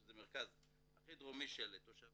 שזה מרכז הכי דרומי של תושבים